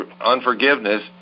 unforgiveness